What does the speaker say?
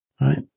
Right